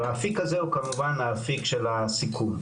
והאפיק הזה הוא כמובן האפיק של הסיכון,